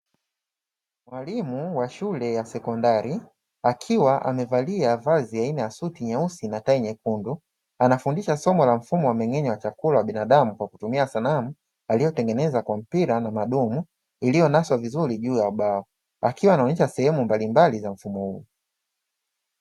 Mwalimu wa shule ya sekondari akiwa amevalia vazi aina ya suti nyeusi na tai nyekundu, anafundisha somo la mfumo wa mmeng'enyo wa chakula wa binadamu kwa kutumia sanamu aliyotengeneza kwa mpira na madumu iliyonasa vizuri juu ya ubao; akiwa anaonesha sehemu mbalimbali za mfumo huo.